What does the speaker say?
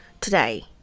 Today